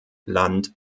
land